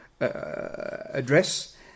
address